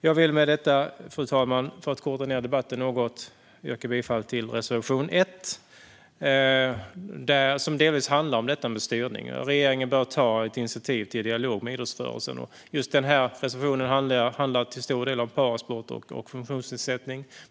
Jag vill med detta, fru talman, för att korta ned debatten något, yrka bifall till reservation 1, som delvis handlar om detta med styrningen. Regeringen bör ta ett initiativ till dialog med idrottsrörelsen. Just den här reservationen handlar till stor del om parasport och funktionsnedsättning.